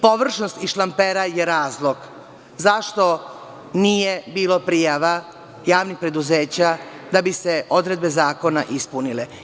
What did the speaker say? Površnost i šlamperaj je razlog zašto nije bilo prijava javnih preduzeća da bi se odredbe zakona ispunile.